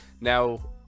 Now